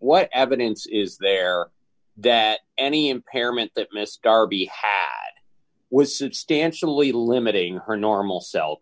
what evidence is there that any impairment that miss darby had was substantially limiting her normal self